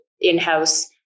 in-house